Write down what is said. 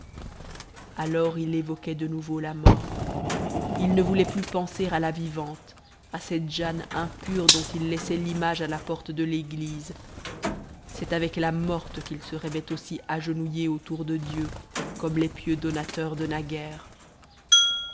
alors il évoquait de nouveau la morte il ne voulait plus penser à la vivante à cette jane impure dont il laissait l'image à la porte de léglise cest avec la morte qu'il se rêvait aussi agenouillé autour de dieu comme les pieux donateurs de